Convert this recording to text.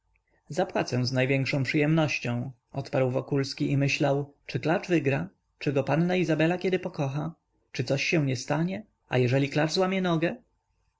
zapłacę z największą przyjemnością odparł wokulski i myślał czy klacz wygra czy go panna izabela kiedy pokocha czy się coś nie stanie a jeżeli klacz złamie nogę